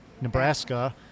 Nebraska